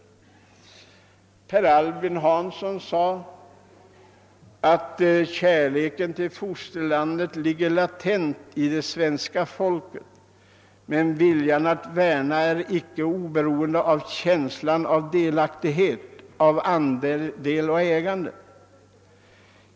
Per Albin Hansson sade att kärleken till fosterlandet ligger latent hos svenska folket, men att viljan att värna det icke är oberoende av känslan av delaktighet, av andel och ägande.